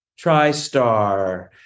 TriStar